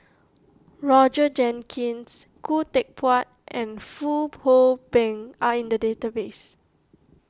Roger Jenkins Khoo Teck Puat and Fong Hoe Beng are in the database